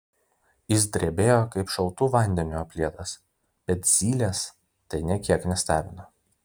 jis drebėjo kaip šaltu vandeniu aplietas bet zylės tai nė kiek nestebino